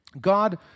God